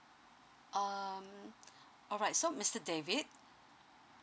um alright so mister david